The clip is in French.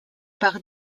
par